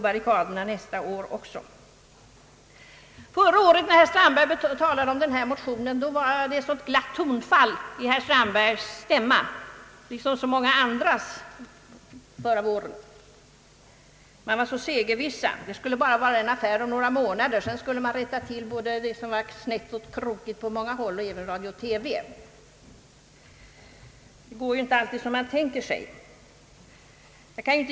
Här är det ju inte heller fråga om en personlig biljett, utan hela herr Strandbergs familj får ta del av alla program för samma kostnad.